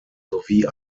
sowie